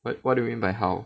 what what do you mean by how